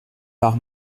par